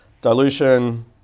dilution